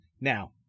Now